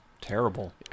terrible